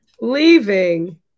Leaving